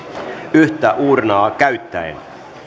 yhtä uurnaa käyttäen